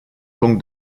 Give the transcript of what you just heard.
punct